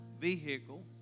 vehicle